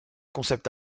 concept